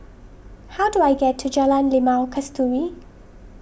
how do I get to Jalan Limau Kasturi